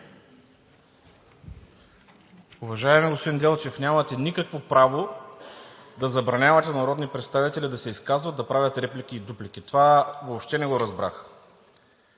Уважаеми господин Делчев, нямате никакво право да забранявате народни представители да се изказват, да правят реплики и дуплики. Това въобще не го разбрах.